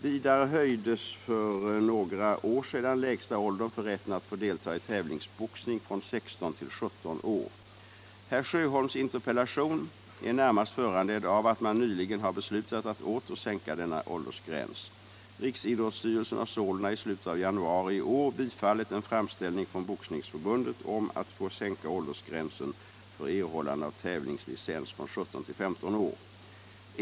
Vidare höjdes för några år sedan lägsta åldern för rätten att få delta i tävlingsboxning från 16 till 17 år. Herr Sjöholms interpellation är närmast föranledd av att man nyligen har beslutat att åter sänka denna åldersgräns. Riksidrottsstyrelsen har sålunda i slutet av januari i år bifallit en framställning från Boxningsförbundet om att få sänka åldersgränsen för erhållande av tävlingslicens från 17 till 15 år.